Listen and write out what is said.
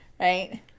Right